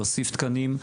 להוסיף תקנים.